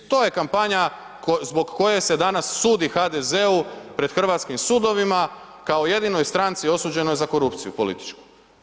To je kampanje zbog koje se danas sudi HDZ-u pred hrvatskim sudovima kao jedinoj stranci osuđenoj za korupciju političku.